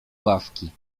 ławki